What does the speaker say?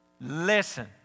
Listen